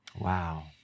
Wow